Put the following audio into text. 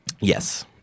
Yes